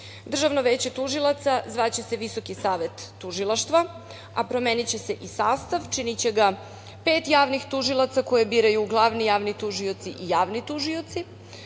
Državno veće tužilaca zvaće se Visoki savet tužilaštva, a promeniće se i sastav. Činiće ga pet javnih tužilaca koje biraju glavni javni tužioci i javni tužioci,